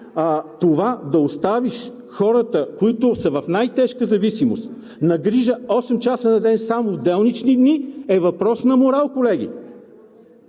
това да оставиш хората, които са в най-тежка зависимост, на грижа осем часа на ден само делнични дни, е въпрос на морал, колеги!